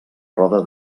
roda